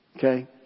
Okay